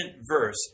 verse